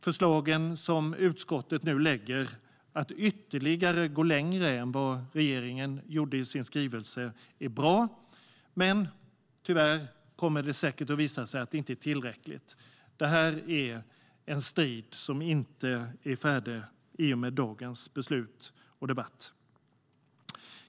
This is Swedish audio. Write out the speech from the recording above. Förslagen som utskottet nu lägger fram om att gå ytterligare längre än vad regeringen gjorde i sin skrivelse är bra, men tyvärr kommer det säkert att visa sig inte vara tillräckligt. Detta är en strid som inte är avslutad i och med dagens debatt och beslut.